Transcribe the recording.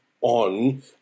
on